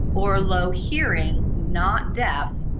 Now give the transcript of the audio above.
or low hearing, not deaf,